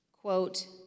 Quote